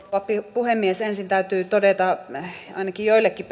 puhemies ensin täytyy todeta ainakin joillekin